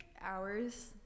hours